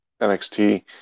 NXT